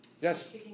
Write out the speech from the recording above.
Yes